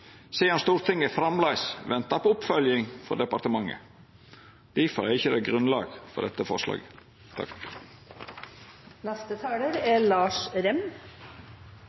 sidan Stortinget framleis ventar på oppfølging frå departementet. Difor er det ikkje grunnlag for dette forslaget.